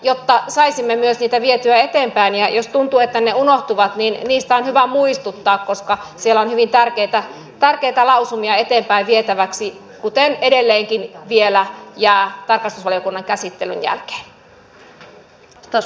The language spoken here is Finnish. jotta saisimme myös niitä vietyä eteenpäin ja jos tuntuu että ne unohtuvat niin niistä on hyvä muistuttaa koska siellä on hyvin tärkeitä lausumia eteenpäin vietäväksi kuten edelleenkin vielä jää tarkastusvaliokunnan käsittelyn jälkeen